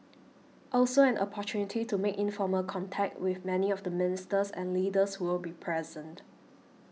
also an opportunity to make informal contact with many of the ministers and leaders who will be present